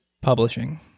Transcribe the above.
publishing